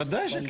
ודאי שכן.